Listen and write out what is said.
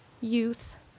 youth